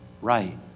right